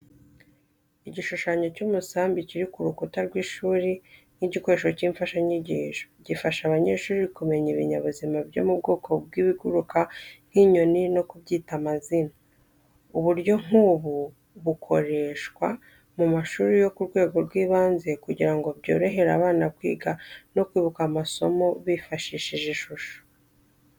Igishushanyo cy’umusambi kiri ku rukuta rw’ishuri nk’igikoresho cy’imfashanyigisho. Gifasha abanyeshuri kumenya ibinyabuzima byo mu bwoko bw'ibiguruka nk’inyoni no kubyita amazina. Uburyo nk’ubu bukoreshwa mu mashuri yo ku rwego rw’ibanze kugira ngo byorohere abana kwiga no kwibuka amasomo bifashishije ishusho.